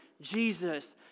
Jesus